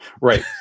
Right